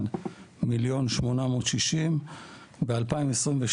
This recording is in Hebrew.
1,860,000. ב-2022